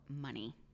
money